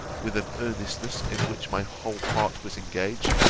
with an earnestness in which my whole heart was engaged,